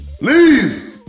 leave